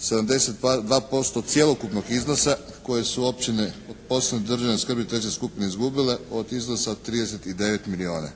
72% cjelokupnog iznosa kojeg su općine od posebne državne skrbi treće skupine izgubile od iznosa 39 milijuna.